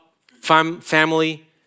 family